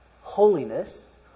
holiness